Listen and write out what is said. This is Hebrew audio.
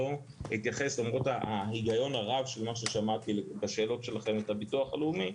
למרות ההיגיון הרב ממה שמעתי בשאלות שלכם את הביטוח הלאומי.